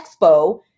expo